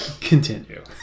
Continue